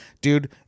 dude